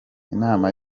inama